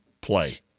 play